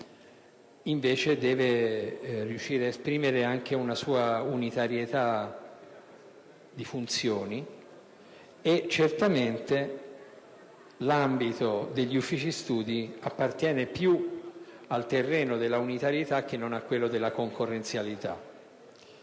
invece riuscire ad esprimere anche una unitarietà di funzioni: l'ambito dei Servizi studi appartiene più al terreno dell'unitarietà che non a quello della concorrenzialità.